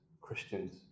Christians